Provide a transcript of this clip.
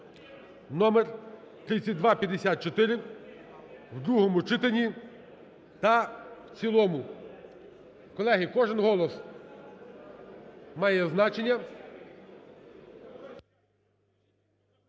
(№ 3254) у другому читанні та в цілому. Колеги, кожен голос має значення.